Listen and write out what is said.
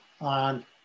on